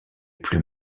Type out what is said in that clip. plus